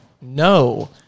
no